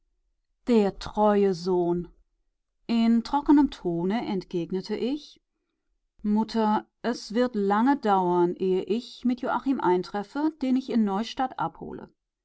der treue sohn in trockenem tone entgegnete ich mutter es wird lange dauern ehe ich mit joachim eintreffe den ich in neustadt abhole